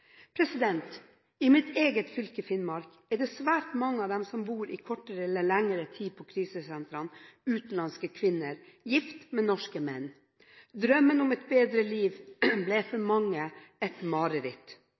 mitt eget fylke, Finnmark, er svært mange av dem som i kortere eller lengre tid bor på krisesentrene, utenlandske kvinner gift med norske menn. Drømmen om et bedre liv ble for mange et mareritt.